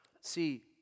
See